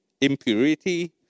impurity